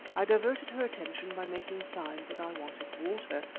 i diverted her attention by making signs that i wanted water,